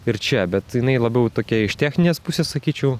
ir čia bet jinai labiau tokia iš techninės pusės sakyčiau